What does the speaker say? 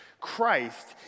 Christ